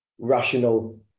rational